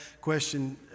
question